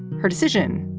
her decision,